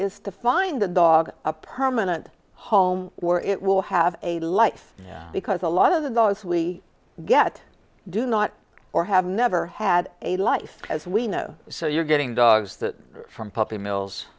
is to find a dog a permanent home where it will have a life because a lot of those we get do not or have never had a life as we know so you're getting dogs that are from puppy mills